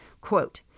Quote